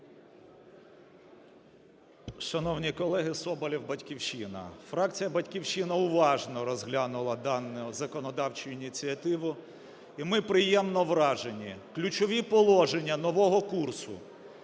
Шановні колеги! Соболєв, "Батьківщина". Фракція "Батьківщина" уважно розглянула дану законодавчу ініціативу, і ми приємно вражені. Ключові положення нового курсу,